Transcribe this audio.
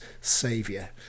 saviour